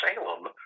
Salem